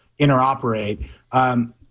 interoperate